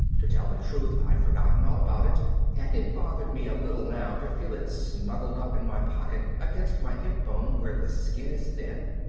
to tell the truth i'd forgotten all about it and it bothered me a little now to feel it snugged up in my pocket against my hip bone where the skin is thin.